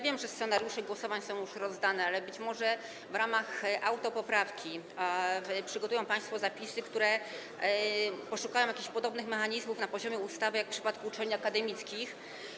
Wiem, że scenariusze głosowań są już rozdane, ale być może w ramach autopoprawki przygotują państwo zapisy, które będą obejmowały jakieś podobne mechanizmy na poziomie ustawy, tak jak w przypadku uczelni akademickich.